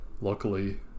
Luckily